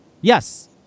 yes